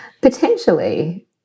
Potentially